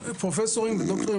פרופסורים ודוקטורים,